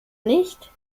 nicht